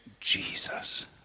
Jesus